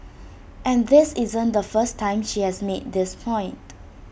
and this isn't the first time she has made this point